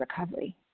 recovery